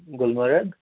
Gulmarg